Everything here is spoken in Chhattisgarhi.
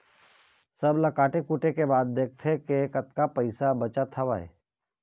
सब ल काटे कुटे के बाद देखथे के कतका पइसा बचत हवय